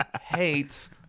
hates